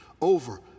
over